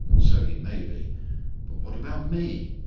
so he may be but what about me?